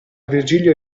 virgilio